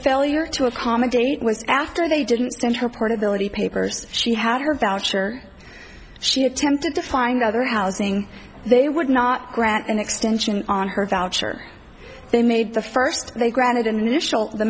failure to accommodate was after they didn't send her part of the many papers she had her voucher she attempted to find other housing they would not grant an extension on her voucher they made the first they granted initial the